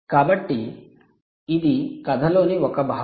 కాబట్టి ఇది కథలోని ఒక భాగం